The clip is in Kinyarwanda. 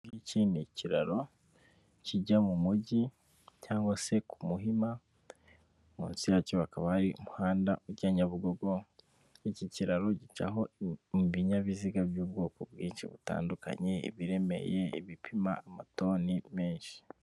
Iki ngiki ni ikiraro kijya mu mujyi cyangwa se ku Muhima, munsi yacyo kaba ari umuhanda ujya Nyabugogo, iki kiraro gicaho ibinyabiziga by'ubwoko bwinshi butandukanye ibiremeye, ibipima amatoni menshi.